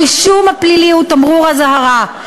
הרישום הפלילי הוא תמרור אזהרה.